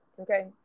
Okay